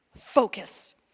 focus